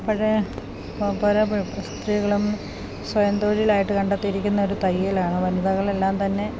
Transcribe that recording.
അപ്പഴ് പര സ്ത്രീകളും സ്വയം തൊഴിലിലായിട്ട് കണ്ടെത്തിയിരിക്കുന്നത് തയ്യലാണ് വനിതകളെല്ലാം തന്നെ